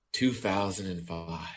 2005